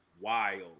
Wild